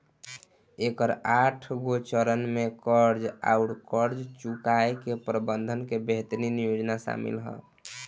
एकर आठगो चरन में कर्ज आउर कर्ज चुकाए के प्रबंधन के बेहतरीन योजना सामिल ह